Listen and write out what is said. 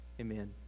Amen